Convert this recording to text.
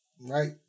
Right